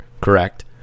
correct